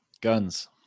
Guns